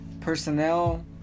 personnel